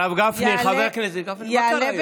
הרב גפני, חבר הכנסת, מה קרה היום?